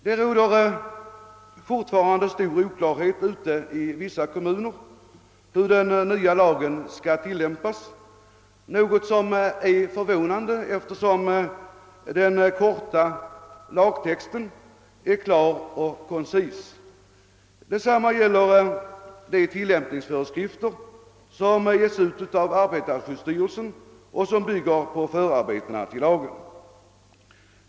Det råder fortfarande stor oklarhet ute i vissa kommuner om hur den nya lagen skall tillämpas, något som är förvånande, eftersom den korta lagtexten är klar och koncis. Detsamma gäller de tillämpningsföreskrifter som getts ut av arbetarskyddsstyrelsen och som bygger på förarbetena till lagen.